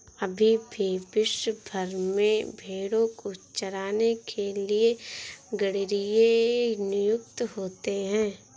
अभी भी विश्व भर में भेंड़ों को चराने के लिए गरेड़िए नियुक्त होते हैं